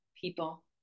people